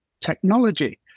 technology